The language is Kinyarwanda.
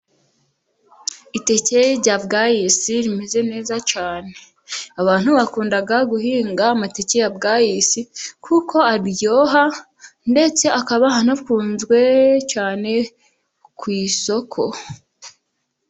Iteke rya bwayisi rimeze neza cyane. Abantu bakunda guhinga amateke ya bwayisi kuko aryoha, ndetse akaba anakunzwe cyane ku isoko.